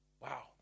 Wow